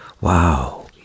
Wow